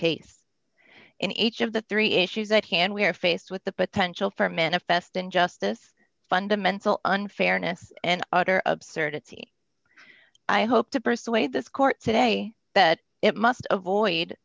case in each of the three issues at hand we are faced with the potential for manifest injustice fundamental unfairness and utter absurdity i hope to persuade this court today that it must avoid